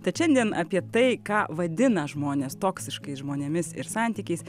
tad šiandien apie tai ką vadina žmonės toksiškais žmonėmis ir santykiais